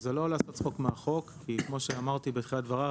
זה לא לעשות צחוק מהחוק כי כמו שאמרתי בתחילת דבריי,